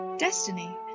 Destiny